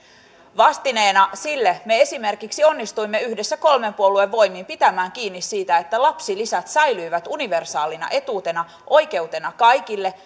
vastineena sille me esimerkiksi onnistuimme yhdessä kolmen puolueen voimin pitämään kiinni siitä että lapsilisät säilyivät universaalina etuutena oikeutena kaikille